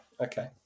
Okay